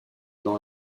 dans